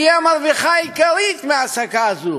כי היא המרוויחה העיקרית מההעסקה הזאת.